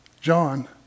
John